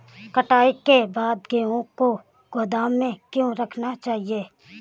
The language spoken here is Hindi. कटाई के बाद गेहूँ को गोदाम में क्यो रखना चाहिए?